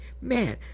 Man